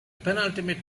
penultimate